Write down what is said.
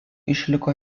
išliko